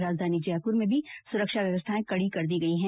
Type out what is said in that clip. राजधानी जयपुर में भी सुरक्षा व्यवस्थायें कड़ी कर दी गई है